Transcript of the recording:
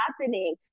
happening